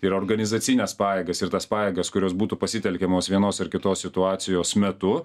ir organizacines pajėgas ir tas pajėgas kurios būtų pasitelkiamos vienos ar kitos situacijos metu